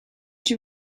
you